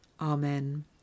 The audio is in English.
Amen